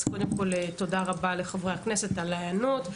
אז קודם כול תודה רבה לחברי הכנסת על ההיענות.